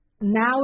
now